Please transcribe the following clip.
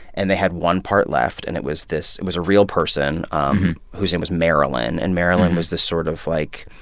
and they had one part left, and it was this it was a real person um whose name was marilyn. and marilyn was this sort of, like,